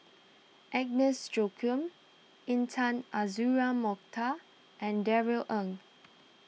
Agnes Joaquim Intan Azura Mokhtar and Darrell Ang